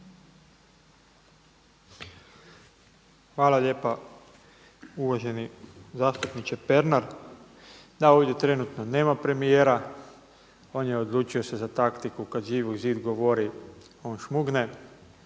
Hvala lijepa uvaženi zastupniče Pernar. Da, ovdje trenutno nema premijera on je odlučio se za taktiku kad Živi zid govori on šmugne.